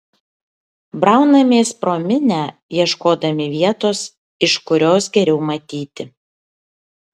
braunamės pro minią ieškodami vietos iš kurios geriau matyti